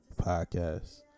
Podcast